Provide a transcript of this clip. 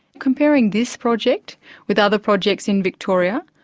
comparing this project with other projects in victoria,